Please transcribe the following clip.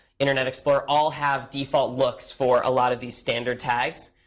internet explorer all have default looks for a lot of these standard tags.